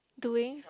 doing